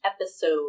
episode